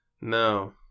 No